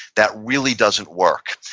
that really doesn't work.